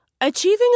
Achieving